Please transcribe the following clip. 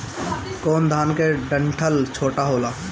कौन धान के डंठल छोटा होला?